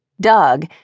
Doug